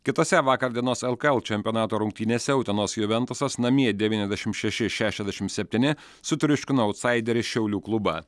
kitose vakar dienos lkl čempionato rungtynėse utenos juventusas namie devyniasdešimt šeši šešiasdešim septyni sutriuškino autsaiderį šiaulių klubą